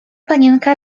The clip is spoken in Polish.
panienka